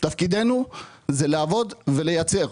תפקידנו זה לעבוד ולייצר.